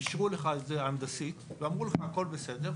אישרו לך את זה הנדסית ואמרו לך הכל בסדר.